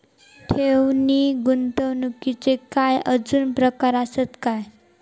ठेव नी गुंतवणूकचे काय आजुन प्रकार आसत काय?